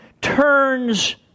turns